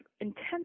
intense